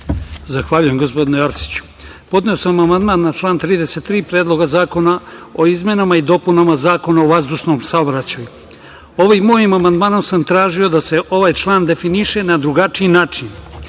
Zahvaljujem, gospodine Arsiću. Podneo sam amandman na član 33. Predloga zakona o izmenama i dopunama Zakona o vazdušnom saobraćaju. Ovim mojim amandmanom sam tražio da se ovaj član definiše na drugačiji način.